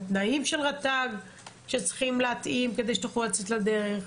כמו התנאים של רט"ג שצריך להתאים כדי שתוכלו לצאת לדרך,